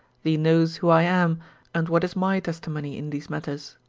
thee knows who i am and what is my testimony in these matters.